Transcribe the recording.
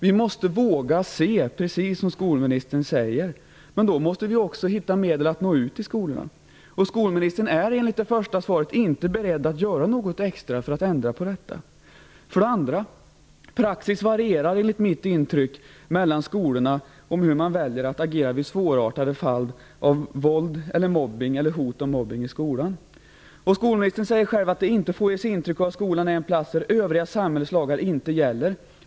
Vi måste våga se, precis som skolministern säger. Men då måste vi också hitta medel att nå ut i skolorna. Skolministern är, enligt det första svaret, inte beredd att göra något extra för att ändra på detta. Praxis varierar enligt mitt intryck mellan skolorna om hur man väljer att agera vid svåra fall av våld eller mobbning eller hot om mobbning i skolan. Skolministern säger själv att det inte får ges intryck av att skolan är en plats där samhällets lagar för övrigt inte gäller.